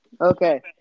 Okay